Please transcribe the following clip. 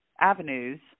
avenues